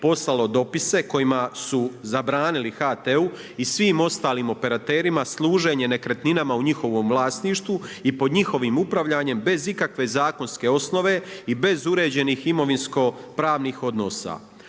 poslalo dopise kojima su zabranili HT-u i svim ostalim operaterima služenje nekretnina u njihovom vlasništvu i pod njihovim upravljanjem bez ikakve zakonske osnove, i bez uređenih imovinsko-pravnih odnosa.